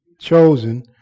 chosen